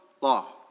law